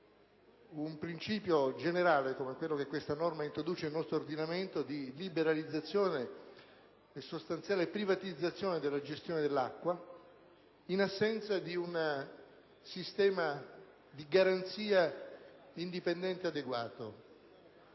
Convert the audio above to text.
un principio generale come quello che questa disposizione introduce nel nostro ordinamento, ossia la liberalizzazione e sostanziale privatizzazione della gestione dell'acqua in assenza di un sistema di garanzia indipendente e adeguato.